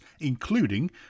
including